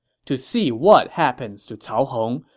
to see what happens to cao hong,